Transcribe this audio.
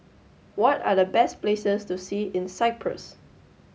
what are the best places to see in Cyprus